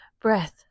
breath